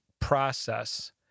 process